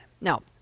Now